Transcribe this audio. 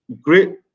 great